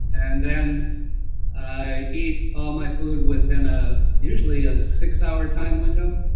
and then i eat all my food within ah usually, a six-hour time window.